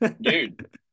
dude